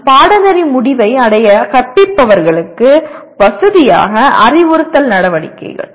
மற்றும் பாடநெறி முடிவை அடைய கற்பவர்களுக்கு வசதியாக அறிவுறுத்தல் நடவடிக்கைகள்